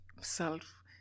self